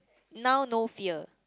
now no fear